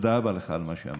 תודה רבה לך על מה שאמרת.